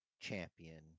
champion